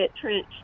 trench